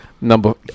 Number